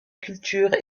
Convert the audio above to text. culture